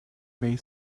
way